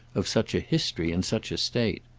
of such a history and such a state.